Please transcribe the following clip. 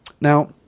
Now